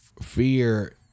fear